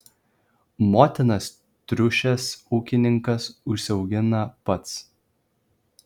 motinas triušes ūkininkas užsiaugina pats